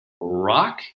rock